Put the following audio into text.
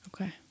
okay